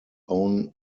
own